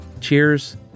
Cheers